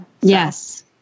Yes